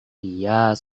dia